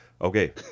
Okay